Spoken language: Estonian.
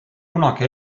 kunagi